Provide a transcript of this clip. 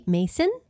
Mason